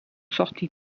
sorti